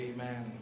Amen